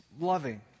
loving